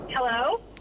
Hello